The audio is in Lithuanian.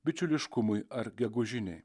bičiuliškumui ar gegužinei